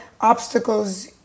obstacles